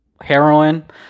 heroin